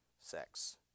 sex